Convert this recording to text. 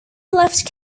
left